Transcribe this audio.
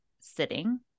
sitting